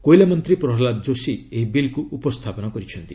କୋଇଲା ମନ୍ତ୍ରୀ ପ୍ରହଲ୍ଲାଦ ଯୋଶୀ ଏହି ବିଲ୍କୁ ଉପସ୍ଥାପନ କରିଛନ୍ତି